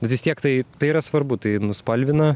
bet vis tiek tai yra svarbu tai nuspalvina